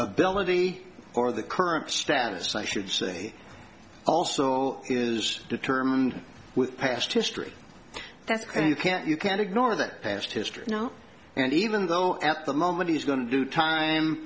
ability or the current stove so i should say also is determined with past history that's and you can't you can't ignore that past history and even though at the moment he is going to do time